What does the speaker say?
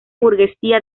burguesía